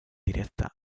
directa